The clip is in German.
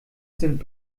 sind